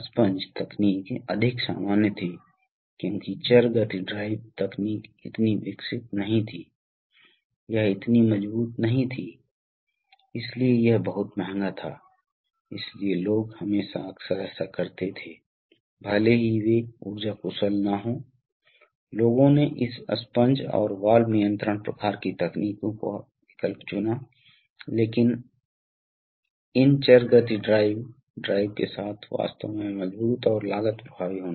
पांच पोर्ट और दो स्थान क्योंकि यह एक स्थिति है और यह दूसरी स्थिति ठीक है तो क्या होता है कि कभी कभी आप इन पिस्टन को जानते हैं जब वे लोड को आगे बढ़ा रहे हैं तो उन्हें उच्च दबाव ऑपरेशन की आवश्यकता होगी क्योंकि बहुत अधिक बल का निर्माण किया जाना है और जब वे वापस आ रहे हैं तो एक कम दबाव ऑपरेशन है